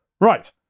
Right